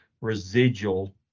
residual